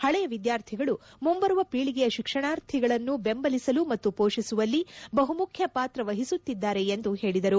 ಹಳೆಯ ವಿದ್ಯಾರ್ಥಿಗಳು ಮುಂಬರುವ ಪೀಳಗೆಯ ಶಿಕ್ಷಣಾರ್ಥಿಗಳನ್ನು ದೆಂಬಲಿಸಲು ಮತ್ತು ಮೋಷಿಸುವಲ್ಲಿ ಬಹುಮುಖ್ಯ ಪಾತ್ರ ವಹಿಸುತ್ತಿದ್ದಾರೆ ಎಂದು ಹೇಳಿದರು